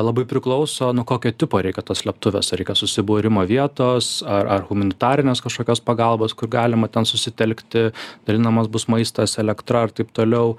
labai priklauso nuo kokio tipo reikia tos slėptuvės ar reikia susibūrimo vietos ar ar humanitarinės kažkokios pagalbos kur galima ten susitelkti virinamas bus maistas elektra ar taip toliau